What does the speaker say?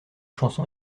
chanson